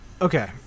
Okay